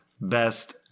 Best